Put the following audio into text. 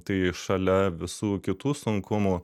tai šalia visų kitų sunkumų